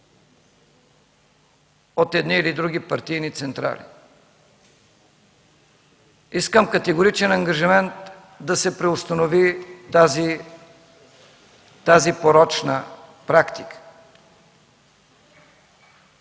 от едни или други партийни централи. Искам категоричен ангажимент да се преустанови тази порочна практика.